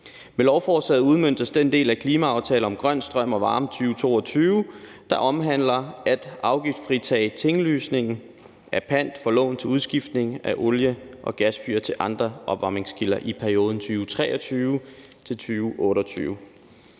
Med lovforslaget udmøntes den del af »Klimaaftale om grøn strøm og varme 2022«, der omhandler at afgiftsfritage tinglysningen af pant for lån til udskiftning af olie- og gasfyr til andre opvarmningskilder i perioden 2023-2028.